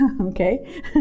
Okay